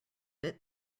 bit